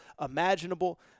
imaginable